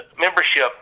membership